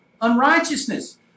unrighteousness